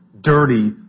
dirty